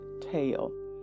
tail